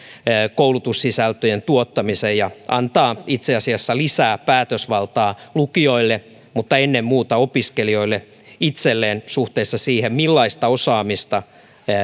koulutussisältöjen tuottamisen ja antaa itse asiassa lisää päätösvaltaa lukioille mutta ennen muuta opiskelijoille itselleen suhteessa siihen millaista osaamista